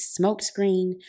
smokescreen